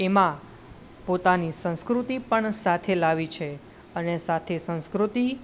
એમાં પોતાની સંસ્કૃતિ પણ સાથે લાવી છે અને સાથે સંસ્કૃતિ